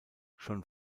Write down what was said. schon